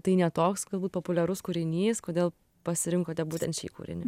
tai ne toks galbūt populiarus kūrinys kodėl pasirinkote būtent šį kūrinį